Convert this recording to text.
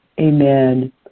Amen